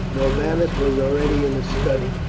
norbanus was already in his study.